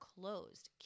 closed